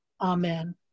Amen